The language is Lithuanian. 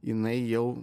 jinai jau